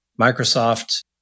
Microsoft